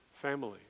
family